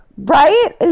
right